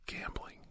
gambling